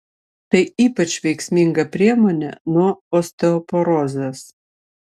tai ypač veiksminga priemonė nuo osteoporozės